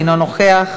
אינו נוכח,